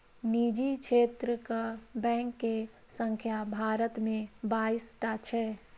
निजी क्षेत्रक बैंक के संख्या भारत मे बाइस टा छै